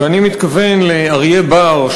ואני מתכוון לאריה בר,